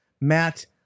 Matt